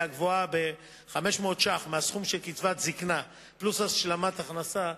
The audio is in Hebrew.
גבוהה ב-500 שקלים מהסכום של קצבת זיקנה פלוס השלמת הכנסה,